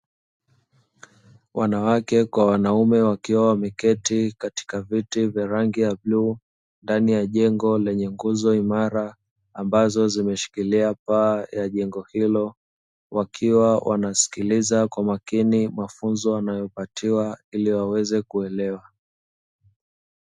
Wanawake kwa wanaume wakiwa wameketi katika viti vya rangi ya bluu, ndani ya jengo lenye nguzo imara ambazo zimeshikilia paa ya jengo hilo, wakiwa wanasikiliza kwa makini mafunzo wanayopatiwa ili waweze kuelewa.